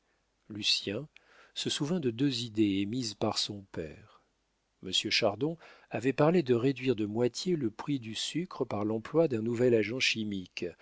fruits lucien se souvint de deux idées émises par son père monsieur chardon avait parlé de réduire de moitié le prix du sucre par l'emploi d'un nouvel agent chimique